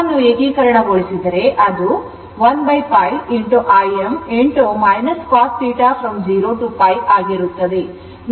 ಅದನ್ನು ಏಕೀಕರಣಗೊಳಿಸಿದರೆ ಅದು 1 π Im cosθ 0 to π ಆಗಿರುತ್ತದೆ